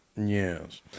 Yes